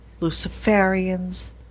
Luciferians